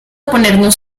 ponernos